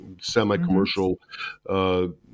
semi-commercial